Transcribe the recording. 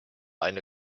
eine